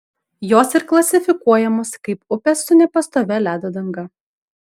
jos ir klasifikuojamos kaip upės su nepastovia ledo danga